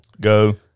go